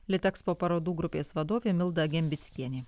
litekspo parodų grupės vadovė milda gembickienė